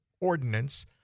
ordinance